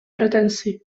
pretensji